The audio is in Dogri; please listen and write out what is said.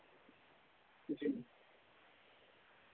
जी